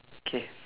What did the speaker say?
okay